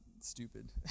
stupid